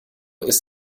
ist